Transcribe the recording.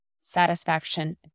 satisfaction